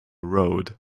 road